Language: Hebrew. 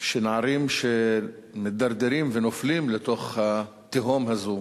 שנערים שמידרדרים ונופלים לתוך התהום הזו